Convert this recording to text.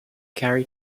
carry